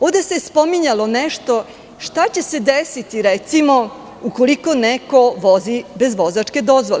Ovde se spominjalo – šta će se desiti, recimo, ukoliko neko vozi bez vozačke dozvole?